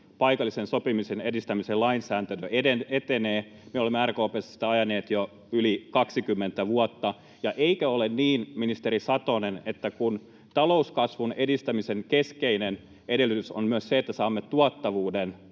paikallisen sopimisen edistämisen lainsäädäntö etenee. Me olemme RKP:ssä sitä ajaneet jo yli 20 vuotta. Eikö ole niin, ministeri Satonen, että kun talouskasvun edistämisen keskeinen edellytys on myös se, että saamme tuottavuuden